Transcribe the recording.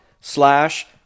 slash